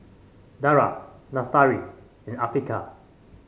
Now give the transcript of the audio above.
Dara Lestari and Afiqah